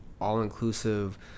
all-inclusive